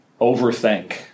overthink